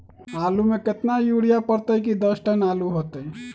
आलु म केतना यूरिया परतई की दस टन आलु होतई?